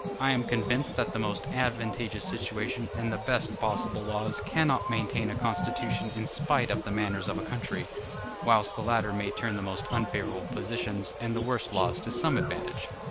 i am convinced that the most advantageous situation and the best possible laws cannot maintain a constitution in spite of the manners of a country whilst the latter may turn the most unfavorable positions and the worst laws to some advantage.